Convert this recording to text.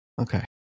Okay